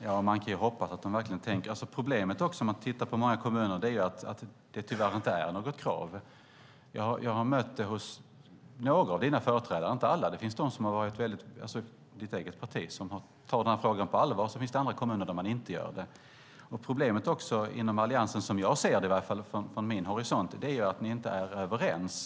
Herr talman! Man kan verkligen hoppas att de verkligen tänker på det. Problemet är att det tyvärr inte är något krav i kommunerna. Jag har mött det hos några av dina företrädare, inte alla. Det finns kommuner där ditt eget parti tar frågan på allvar, medan det finns andra kommuner där man inte gör det. Problemet inom Alliansen, i alla fall som jag ser det från min horisont, är att ni inte är överens.